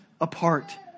apart